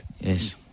Yes